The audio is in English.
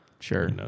Sure